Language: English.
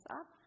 up